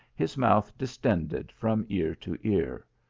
his mouth distended from ear to ear.